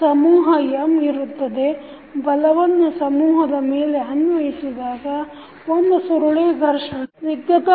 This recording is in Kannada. ಸಮೂಹ M ಇರುತ್ತದೆ ಬಲವನ್ನು ಸಮೂಹದ ಮೇಲೆ ಅನ್ವಯಿಸಿದಾಗ ಒಂದು ಸುರುಳಿ ಘರ್ಷಣೆ ಇಲ್ಲವೆ ಸುರುಳಿ ಒತ್ತಡ ಎಂದು ಹೇಳಬೇಕು